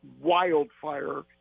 wildfire